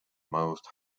most